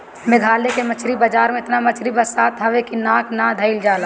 मेघालय के मछरी बाजार में एतना मछरी बसात हवे की नाक ना धइल जाला